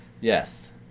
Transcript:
Yes